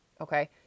Okay